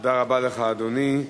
תודה רבה לך, אדוני.